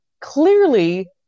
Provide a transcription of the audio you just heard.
clearly